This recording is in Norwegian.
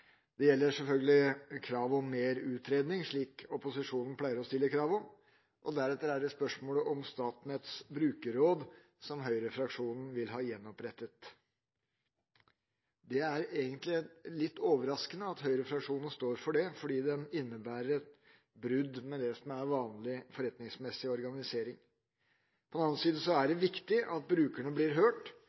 Det gjelder selvfølgelig krav om mer utredning, som opposisjonen pleier å stille krav om. Deretter er det spørsmål om Statnetts brukerråd, som høyrefraksjonen vil ha gjenopprettet. Det er egentlig litt overraskende at høyrefraksjonen står for det, fordi det innebærer et brudd med det som er vanlig forretningsmessig organisering. På den annen side er det viktig at brukerne blir hørt,